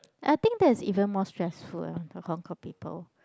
I think that's even more stressful ah the Hong-Kong people